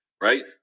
Right